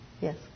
Yes